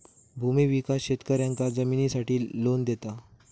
भूमि विकास शेतकऱ्यांका जमिनीसाठी लोन देता